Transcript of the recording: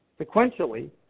Sequentially